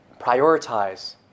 prioritize